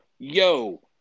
Yo